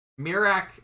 Mirak